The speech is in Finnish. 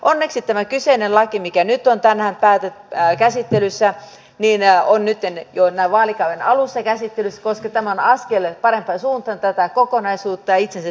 onneksi tämä kyseinen laki mikä nyt on tänään käsittelyssä on nytten jo näin vaalikauden alussa käsittelyssä koska tämä on askel parempaan suuntaan tässä kokonaisuudessa ja itsensä työllistämisessä